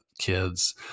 kids